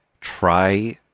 try